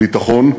הביטחון.